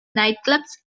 nightclubs